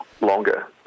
longer